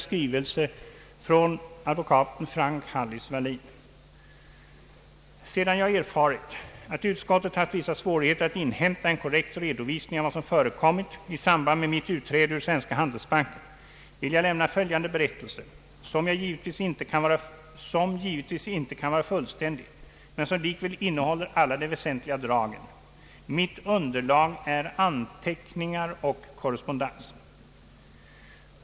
Sedan jag erfarit att Utskottet haft vissa svårigheter att inhämta en korrekt redovisning av vad som förekommit i samband med mitt utträde ur Svenska Handelsbanken vill jag lämna följande berättelse, som givetvis inte kan vara fullständig men som likväl innehåller alla de väsentliga dragen. Mitt underlag är anteckningar och korrespondens.